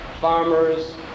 farmers